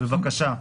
בבקשה.